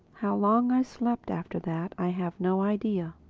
how long i slept after that i have no idea.